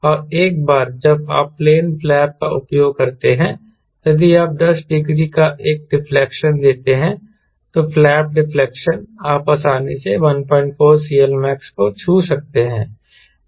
और एक बार जब आप प्लेन फ्लैप का उपयोग करते हैं यदि आप 10 डिग्री का एक डिफलेक्शन देते हैं तो फ्लैप डिफलेक्शन आप आसानी से 14 CLmax को छू सकते हैं